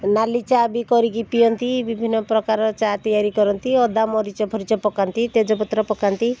ନାଲି ଚା' ବି କରିକି ପିଅନ୍ତି ବିଭିନ୍ନ ପ୍ରକାରର ଚା' ତିଆରି କରନ୍ତି ଅଦା ମରିଚ ଫରିଚ ପକାନ୍ତି ତେଜପତ୍ର ପକାନ୍ତି